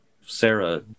Sarah